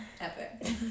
Epic